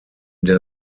der